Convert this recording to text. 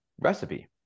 recipe